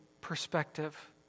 perspective